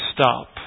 Stop